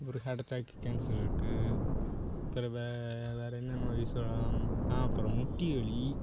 ஒரு heart attack cancer இருக்குது பெறகு வேறு என்ன நோய் சொல்லலாம் அப்புறம் முட்டி வலி